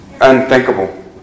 unthinkable